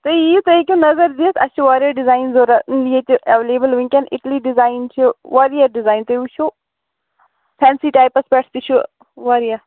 تُہۍ یِیِو تُہۍ ہیٚکِو نَظر دِتھ اَسہِ چھِ واریاہ ڈِزایِن ضروٗرت ییٚتہِ ایٚویلیبِل وُنۍکیٚن اِٹلی ڈِزایِن چھُ واریاہ ڈِزایِن تُہۍ وُچھِو فیٚنسِی ٹایپَس پیٚٹھ تہِ چھُ واریاہ